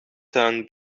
turn